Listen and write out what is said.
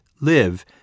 live